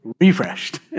refreshed